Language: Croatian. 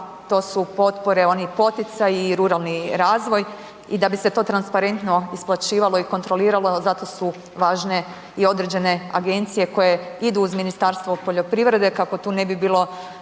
to su potpore, oni poticaji i ruralni razvoj i da bi se to transparentno isplaćivalo i kontroliralo, zato su važne i određene agencije koje idu uz Ministarstvo poljoprivrede kako tu ne bi bilo